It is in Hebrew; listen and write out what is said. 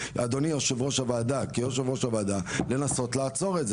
אדוני כיושב ראש הוועדה לנסות לעצור את זה,